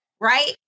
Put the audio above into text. right